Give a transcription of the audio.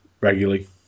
regularly